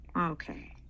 Okay